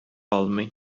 алмый